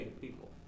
people